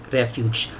refuge